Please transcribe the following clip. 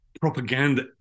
propaganda